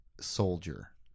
soldier